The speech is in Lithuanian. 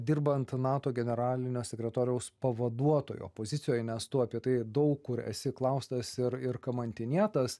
dirbant nato generalinio sekretoriaus pavaduotojo pozicijoj nes tu apie tai daug kur esi klaustas ir ir kamantinėtas